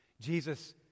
Jesus